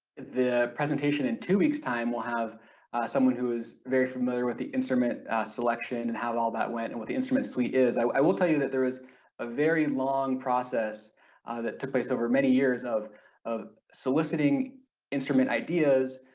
the presentation in two weeks time will have someone who is very familiar with the instrument selection and how all that went and what the instrument suite is. i will tell you that there was a very long process that took place over many years of of soliciting instrument ideas,